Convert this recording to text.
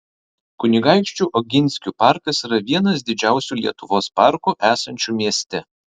kunigaikščių oginskių parkas yra vienas didžiausių lietuvos parkų esančių mieste